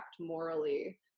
morally